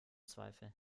zweifel